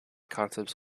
concepts